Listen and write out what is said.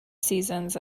seasons